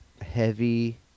heavy